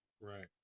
Right